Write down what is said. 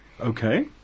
Okay